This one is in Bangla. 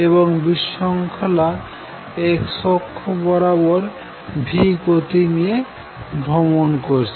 এবং বিশৃঙ্খলা x অক্ষ বরাবর v গতি নিয়ে ভ্রমন করছে